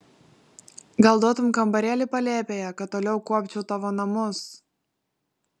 gal duotum kambarėlį palėpėje kad toliau kuopčiau tavo namus